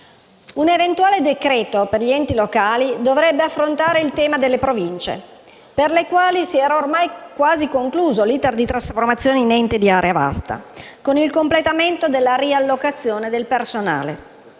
Un eventuale decreto per gli enti locali dovrebbe affrontare il tema delle Province, per le quali si era ormai quasi concluso l'*iter* di trasformazione in ente di area vasta, con il completamento della riallocazione del personale,